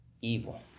evil